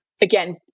again